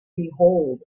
behold